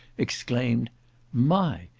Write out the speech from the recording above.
exclaimed my!